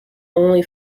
only